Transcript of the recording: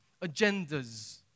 agendas